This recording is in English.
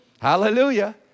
hallelujah